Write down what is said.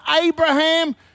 Abraham